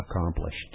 accomplished